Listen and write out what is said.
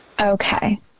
Okay